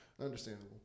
Understandable